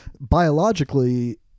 biologically